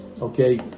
okay